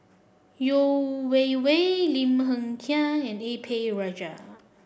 Yeo Wei Wei Lim Hng Kiang and A P Rajah